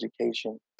education